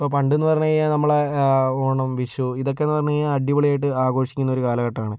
ഇപ്പോൾ പണ്ട് എന്ന് പറഞ്ഞ് കഴിഞ്ഞാൽ നമ്മളെ ഓണം വിഷു ഇതൊക്കെ എന്ന് പറഞ്ഞു കഴിഞ്ഞാൽ അടിപൊളിയായിട്ട് ആഘോഷിക്കുന്ന ഒരു കാലഘട്ടമാണ്